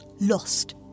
lost